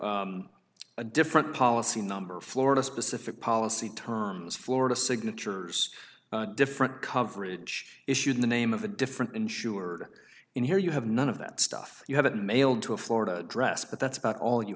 a different policy number of florida specific policy terms florida signatures different coverage issued in the name of the different insured in here you have none of that stuff you have it mailed to a florida address but that's about all you